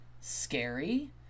scary